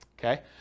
okay